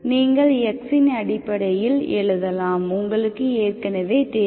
நீங்கள் x இன் அடிப்படையில் எழுதலாம் உங்களுக்கு ஏற்கனவே தெரியும்